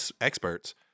experts